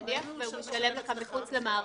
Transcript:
נניח הוא שילם לך מחוץ למערכת?